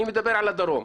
אני מדבר על הדרום.